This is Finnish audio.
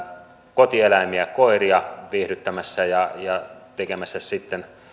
kotieläimiä koiria viihdyttämässä ja ja tekemässä sitten